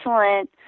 excellent